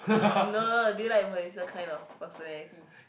no do you like Marisa kind of personality